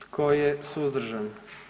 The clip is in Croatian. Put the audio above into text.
Tko je suzdržan?